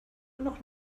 noch